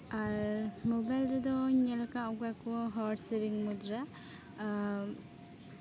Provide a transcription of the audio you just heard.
ᱟᱨ mobile ᱨᱮᱫᱚᱧ ᱧᱮᱞ ᱟᱠᱟᱫᱼᱟ ᱚᱠᱚᱭ ᱠᱚ ᱦᱚᱲ ᱥᱮᱨᱮᱧ ᱢᱩᱫᱽᱨᱮ